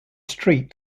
street